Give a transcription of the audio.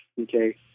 Okay